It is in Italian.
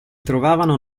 trovavano